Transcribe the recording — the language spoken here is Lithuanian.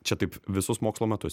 čia taip visus mokslo metus